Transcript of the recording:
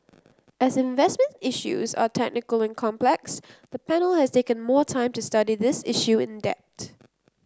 as investment issues are technical and complex the panel has taken more time to study this issue in depth